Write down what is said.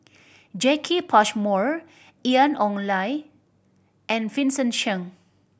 Jacki Passmore Ian Ong Li and Vincent Cheng